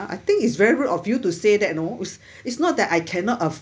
I think it's very rude of you to say that know it's not that I cannot afford